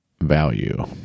value